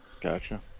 Gotcha